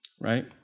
right